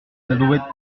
l’alouette